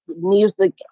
music